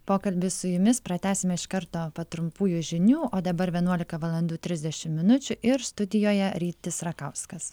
pokalbį su jumis pratęsim iš karto po trumpųjų žinių o dabar vienuolika valandų trisdešimt minučių ir studijoje rytis rakauskas